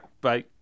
Bye